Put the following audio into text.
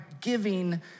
giving